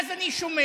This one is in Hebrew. ואז אני שומע,